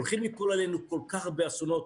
הולכים ליפול עלינו כל כך הרבה אסונות.